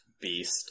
beast